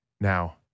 now